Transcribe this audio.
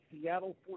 Seattle